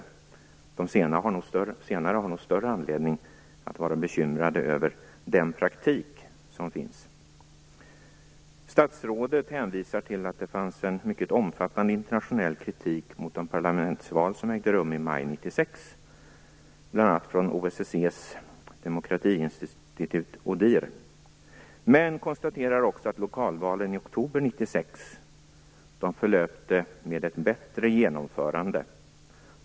De senare har nog större anledning att vara bekymrade över den praktik som finns. Statsrådet hänvisar till att det fanns en mycket omfattande internationell kritik mot de parlamentsval som ägde rum i maj 96, bl.a. från OSSE:s demokratiinstitut ODIHR, men konstaterar också att lokalvalen i oktober 96 förlöpte med ett bättre genomförande.